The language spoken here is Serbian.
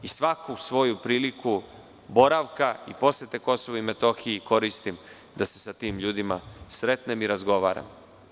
Svaku svoju priliku boravka, posete Kosova i Metohiji koristim da se sa tim ljudima sretnem i razgovaram.